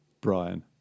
Brian